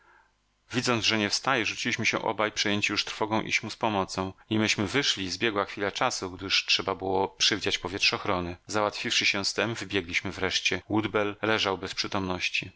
widząc że nie wstaje rzuciliśmy się obaj przejęci już trwogą iść mu z pomocą nimeśmy wyszli zbiegła chwila czasu gdyż trzeba było przywdziać powietrzochrony załatwiwszy się z tem wybiegliśmy wreszcie woodbell leżał bez przytomności